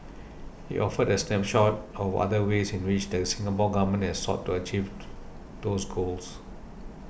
he offered a snapshot of other ways in which the Singapore Government has sought to achieve to those goals